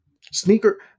Sneaker